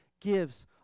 gives